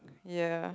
yeah